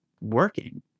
working